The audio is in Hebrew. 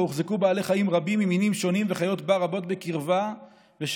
שבו הוחזקו בעלי חיים רבים ממינים שונים וחיות בר רבות בקרבה ושלא